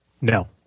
No